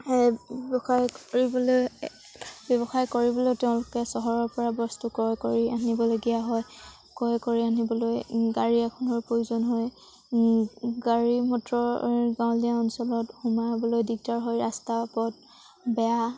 ব্যৱসায় কৰিবলৈ ব্যৱসায় কৰিবলৈ তেওঁলোকে চহৰৰপৰা বস্তু ক্ৰয় কৰি আনিবলগীয়া হয় ক্ৰয় কৰি আনিবলৈ গাড়ী এখনৰ প্ৰয়োজন হয় গাড়ী মটৰ গাঁৱলীয়া অঞ্চলত সোমাবলৈ দিগদাৰ হয় ৰাস্তা পথ বেয়া